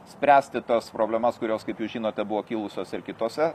spręsti tas problemas kurios kaip jūs žinote buvo kilusios ir kitose